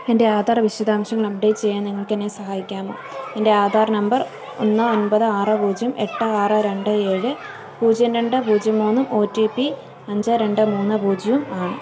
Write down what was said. എൻ്റെ ആധാർ വിശദാംശങ്ങൾ അപ്ഡേറ്റ് ചെയ്യാൻ നിങ്ങൾക്കെന്നെ സഹായിക്കാമോ എൻ്റെ ആധാർ നമ്പർ ഒന്ന് ഒമ്പത് ആറ് പൂജ്യം എട്ട് ആറ് രണ്ട് ഏഴ് പൂജ്യം രണ്ട് പൂജ്യം മൂന്നും ഒ ടി പി അഞ്ച് രണ്ട് മൂന്ന് പൂജ്യവും ആണ്